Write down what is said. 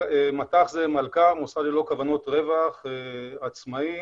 מט"ח זה מלכ"ר, מוסד ללא כוונות רווח, עצמאי,